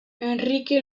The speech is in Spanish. enrique